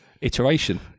Iteration